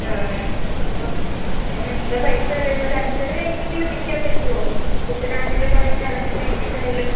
ആ ഇപ്പം ഞാനെത്ര പൈസ തരായിരുന്നു ഒരഞ്ചര കഴിഞ്ഞെങ്കിലും നിൽക്കാൻ പറ്റുമോ കൊച്ചിനെ ആശുപത്രിയിൽ കൊണ്ടു പോയിട്ട് അവിടെ കൊണ്ടു പോയി കഴിഞ്ഞിട്ടായാലും